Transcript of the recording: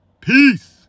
Peace